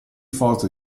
forza